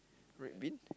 red bin